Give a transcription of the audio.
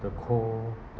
the coal